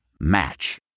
Match